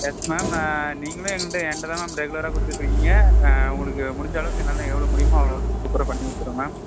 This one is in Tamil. எஸ் மேம் ஆ நீங்களும் எங்கள்கிட்ட என்ட்ட தான் மேம் ரெகுலராக கொடுத்துட்டுருக்கீங்க ஆ உங்களுக்கு முடிஞ்ச அளவுக்கு என்னால் எவ்வளோ முடியுமோ அவ்வளோ சூப்பராக பண்ணி கொடுத்தர்றேன் மேம்